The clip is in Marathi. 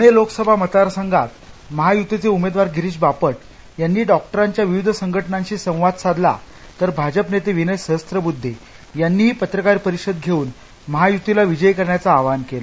पुणे लोकसभा मतदार संघात महायुतीचे उमेदवार गिरीश बापट यांनी डॉक्टराच्या विविध संघटनांशी संवाद साधला तर भाजप नेते विनय सहस्त्रबुद्वे यांनी पत्रकार परिषद घेऊन महायुतीला विजयी करण्याचं आवाहन केलं